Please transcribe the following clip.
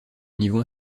niveau